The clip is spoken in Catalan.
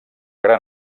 gran